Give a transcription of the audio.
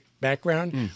background